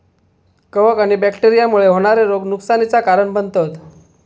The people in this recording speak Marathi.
कवक आणि बैक्टेरिया मुळे होणारे रोग नुकसानीचा कारण बनतत